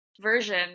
version